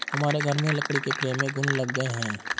हमारे घर में लकड़ी के फ्रेम में घुन लग गए हैं